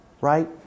right